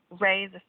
raise